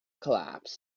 collapsed